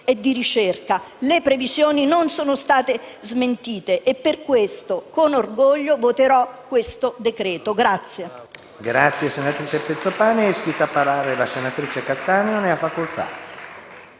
e di ricerca. Le previsioni non sono state smentite e per questo, con orgoglio, voterò a favore di